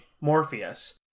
Morpheus